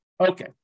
Okay